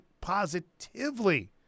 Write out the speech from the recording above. positively